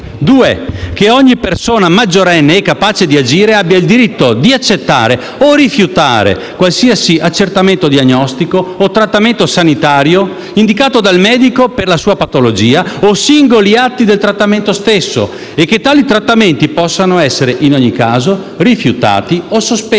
che ogni persona maggiorenne e capace di agire abbia il diritto di accettare o rifiutare qualsiasi accertamento diagnostico o trattamento sanitario indicato dal medico per la sua patologia o singoli atti del trattamento stesso e che tali trattamenti possano essere in ogni caso rifiutati o sospesi.